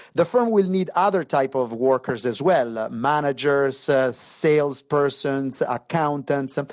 the firm will need other type of workers as well managers, so sales persons accountants. um